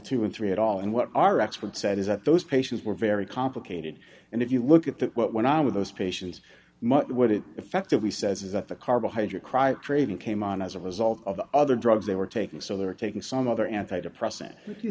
two and three at all and what our expert said is that those patients were very complicated and if you look at what went on with those patients what it effectively says is that the carbohydrate cry trading came on as a result of the other drugs they were taking so they're taking some other anti depressant you